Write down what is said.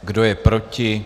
Kdo je proti?